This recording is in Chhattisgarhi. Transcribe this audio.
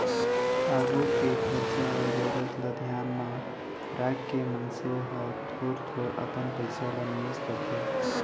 आघु के खरचा अउ जरूरत ल धियान म रखके मनसे ह थोर थोर अपन पइसा ल निवेस करथे